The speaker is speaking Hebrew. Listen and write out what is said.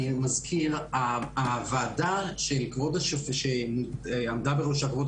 אני מזכיר: הוועדה שעמדה בראשה כבוד